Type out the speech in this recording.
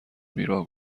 بیراه